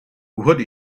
what